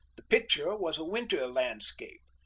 the picture was a winter landscape.